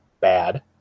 bad